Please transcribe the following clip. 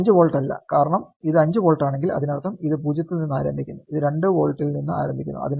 ഇത് 5 വോൾട്ട് അല്ല കാരണം ഇത് 5 വോൾട്ട് ആണെങ്കിൽ അതിനർത്ഥം ഇത് 0 ൽ നിന്ന് ആരംഭിക്കുന്നു അത് 2 വോൾട്ടിൽ നിന്ന് ആരംഭിക്കുന്നു